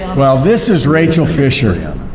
well, this is rachel fischer. yeah